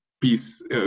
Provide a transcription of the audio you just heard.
peace